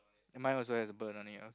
mine also has a bird on it